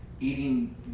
eating